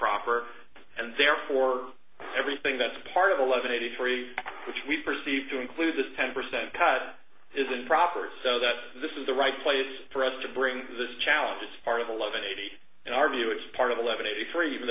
improper and therefore everything that's part of eleven eighty three which we perceive to include the ten percent cut isn't proper so that this is the right place for us to bring this challenge as far as eleven eighty in our view it's part of the eleven eighty three even